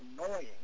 annoying